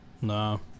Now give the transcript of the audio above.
No